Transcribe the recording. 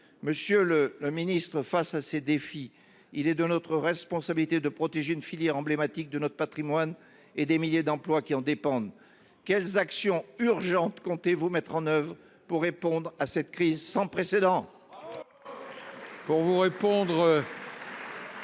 de l’étranger, face à ces défis, il est de notre responsabilité de protéger une filière emblématique de notre patrimoine et les milliers d’emplois qui en dépendent. Quelles actions urgentes comptez vous mettre en œuvre pour répondre à cette crise sans précédent ?